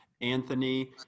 Anthony